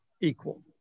equal